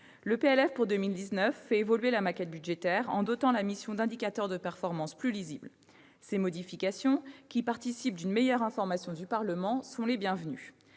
pour 2019 fait évoluer la maquette budgétaire en dotant la mission d'indicateurs de performance plus lisibles. Ces modifications, qui participent d'une meilleure information du Parlement, sont les bienvenues.